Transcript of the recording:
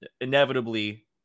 inevitably